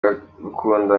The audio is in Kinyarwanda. aragukunda